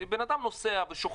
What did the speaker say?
אם בן אדם נוסע ושוכח.